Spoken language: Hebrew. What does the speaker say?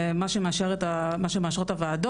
זה מה שמאשרות הוועדות,